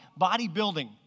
bodybuilding